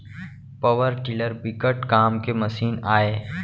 power tiller बिकट काम के मसीन आय